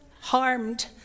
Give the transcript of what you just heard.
harmed